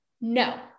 No